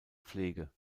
pflege